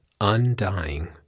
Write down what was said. undying